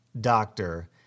doctor